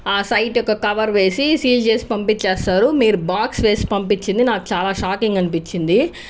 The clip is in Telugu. ఆ సైట్ యొక్క కవర్ వేసి సీల్ చేసి పంపించేస్తారు మీరు బాక్స్ వేసి పంపించింది నాకు చాలా షాకింగ్ అనిపించింది